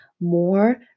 more